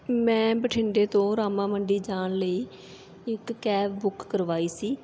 ਮੈਂ ਬਠਿੰਡੇ ਤੋਂ ਰਾਮਾ ਮੰਡੀ ਜਾਣ ਲਈ ਇੱਕ ਕੈਬ ਬੁੱਕ ਕਰਵਾਈ ਸੀ